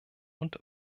und